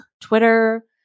Twitter